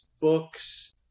books